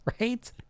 right